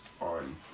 on